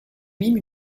mime